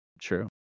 true